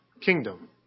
kingdom